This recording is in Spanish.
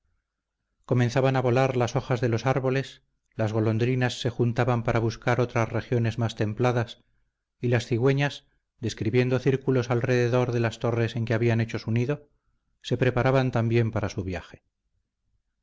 comenzaban a volar las hojas de los árboles las golondrinas se juntaban para buscar otras regiones más templadas y las cigüeñas describiendo círculos alrededor de las torres en que habían hecho su nido se preparaban también para su viaje